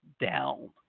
down